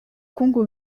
congo